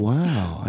Wow